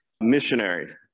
missionary